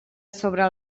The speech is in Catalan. sobre